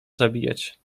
zabijać